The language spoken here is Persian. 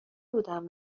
بودم